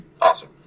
Awesome